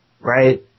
right